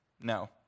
No